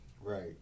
Right